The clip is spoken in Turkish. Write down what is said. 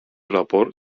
rapor